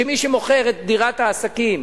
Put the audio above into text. שמי שמוכר את דירת העסקים